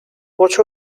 watch